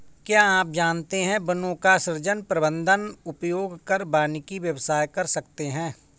क्या आप जानते है वनों का सृजन, प्रबन्धन, उपयोग कर वानिकी व्यवसाय कर सकते है?